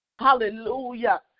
Hallelujah